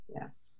yes